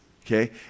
Okay